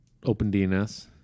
OpenDNS